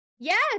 Yes